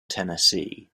tennessee